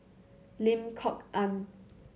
Lim Kok Ann